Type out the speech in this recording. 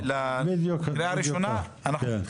בוא נראה שהניסוח יעבוד מבחינה משפטית.